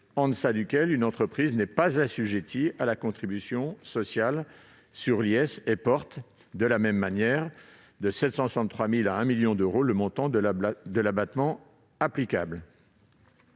en deçà duquel une entreprise n'est pas assujettie à la contribution sociale sur l'IS, et en portant de 763 000 euros à 1 million d'euros le montant de l'abattement applicable.